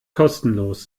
kostenlos